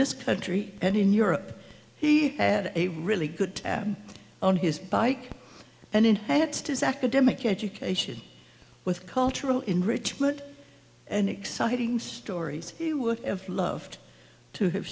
this country and in europe he had a really good on his bike and it had his academic education with cultural enrichment and exciting stories he would have loved to have